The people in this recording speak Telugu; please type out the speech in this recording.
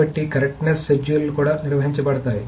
కాబట్టి కర్రెక్ట్ నేస్ షెడ్యూల్లు కూడా నిర్వహించబడతాయి